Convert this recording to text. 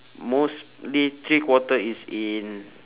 mostly three quarter is in